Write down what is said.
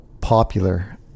popular